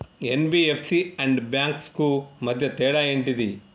NBFC and banks కు మధ్య తేడా ఏంటిది?